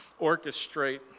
orchestrate